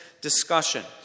discussion